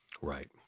Right